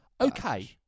Okay